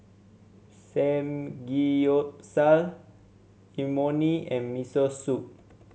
Samgyeopsal Imoni and Miso Soup